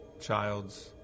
child's